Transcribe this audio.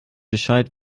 bescheid